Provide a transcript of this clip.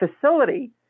facility